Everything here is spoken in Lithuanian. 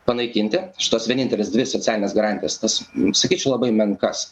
panaikinti šitas vieninteles dvi socialines garantijas tas sakyčiau labai menkas